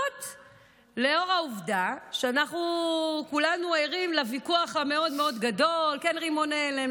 לאור העובדה שאנחנו כולנו ערים לוויכוח המאוד-מאוד גדול: כן רימוני הלם,